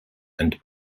and